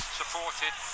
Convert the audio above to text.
supported